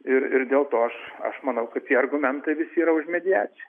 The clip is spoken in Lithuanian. ir ir dėl to aš aš manau kad tie argumentai visi už mediaciją